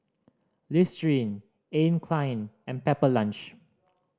Listerine Anne Klein and Pepper Lunch